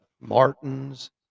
martins